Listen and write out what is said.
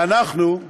ואנחנו,